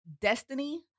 destiny